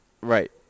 Right